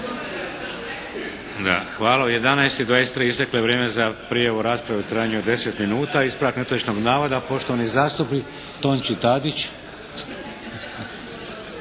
Hvala. U 11,23 isteklo je vrijeme za prijavu u raspravi u trajanju od 10 minuta. Ispravak netočnog navoda, poštovani zastupnik Tonči Tadić.